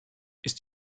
ist